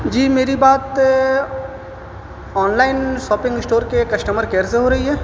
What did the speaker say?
جی میری بات online shopping store کے کسٹمر کیئر سے ہو رہی ہے